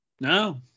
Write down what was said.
No